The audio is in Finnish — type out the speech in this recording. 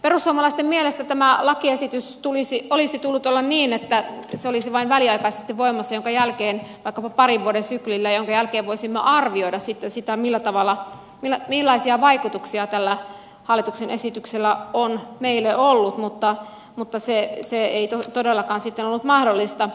perussuomalaisten mielestä tämän lakiesityksen olisi tullut olla niin että se olisi vain väliaikaisesti voimassa vaikkapa parin vuoden syklillä minkä jälkeen voisimme arvioida sitten sitä millaisia vaikutuksia tällä hallituksen esityksellä on meille ollut mutta se ei todellakaan sitten ollut mahdollista